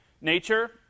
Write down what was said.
nature